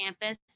campus